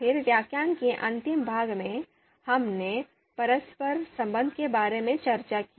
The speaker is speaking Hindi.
फिर व्याख्यान के अंतिम भाग में हमने परस्पर संबंध के बारे में चर्चा की